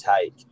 take